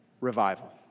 revival